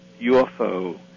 UFO